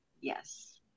yes